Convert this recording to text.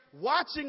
watching